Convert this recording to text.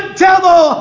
devil